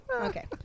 Okay